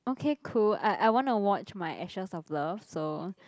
okay cool I I want to watch my actions of love so